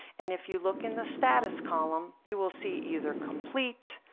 and if you look in the status column you will see either complete,